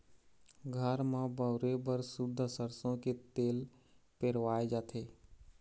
घर म बउरे बर सुद्ध सरसो के तेल पेरवाए जाथे